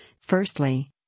Firstly